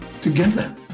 together